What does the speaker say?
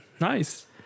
Nice